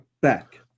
back